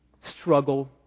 Struggle